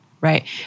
Right